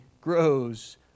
grows